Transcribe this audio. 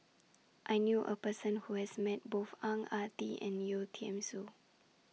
I knew A Person Who has Met Both Ang Ah Tee and Yeo Tiam Siew